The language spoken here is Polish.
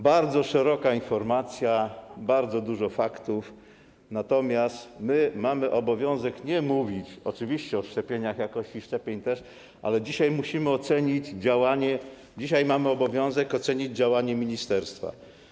Bardzo szeroka informacja, bardzo dużo faktów, natomiast my mamy obowiązek nie mówić... oczywiście o szczepieniach i jakości szczepień też, ale dzisiaj musimy ocenić działanie, dzisiaj mamy obowiązek ocenić działanie ministerstwa.